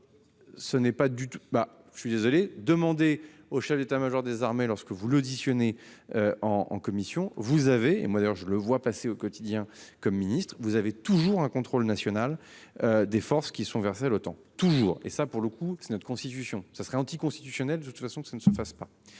fond. Ce n'est pas du tout. Bah, je suis désolé, demander au chef d'État-Major des armées, lorsque vous l'auditionner. En en commission, vous avez et moi d'ailleurs je le vois passer au quotidien comme Ministre vous avez toujours un contrôle national. Des forces qui sont versées l'OTAN toujours et ça pour le coup c'est notre constitution, ce serait anticonstitutionnel. De toute façon ça ne se passe pas.